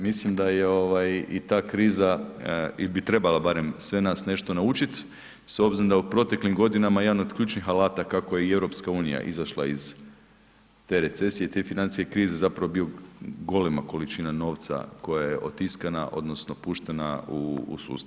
Mislim da je i ta kriza i biti trebala barem sve nas nešto naučit s obzirom da u proteklim godinama jedan od ključnih alata kako je i EU izašla iz te recesije, te financijske krize je zapravo bio golema količina novca koja je otiskana odnosno puštena u sustav.